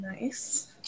Nice